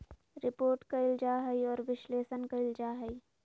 report कइल जा हइ और विश्लेषण कइल जा हइ